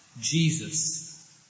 Jesus